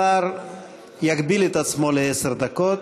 השר יגביל את עצמו לעשר דקות.